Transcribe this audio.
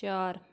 ਚਾਰ